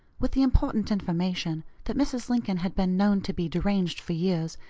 with the important information that mrs. lincoln had been known to be deranged for years,